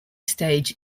stage